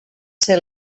ser